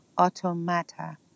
automata